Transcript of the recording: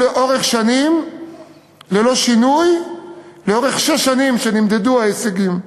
ללא שינוי לאורך שש השנים שבהן נמדדו ההישגים.